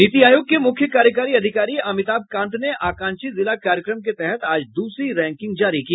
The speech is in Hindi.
नीति आयोग के मुख्य कार्यकारी अधिकारी अमिताभ कांत ने आकांक्षी जिला कार्यक्रम के तहत आज दूसरी रैंकिंग जारी की